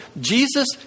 Jesus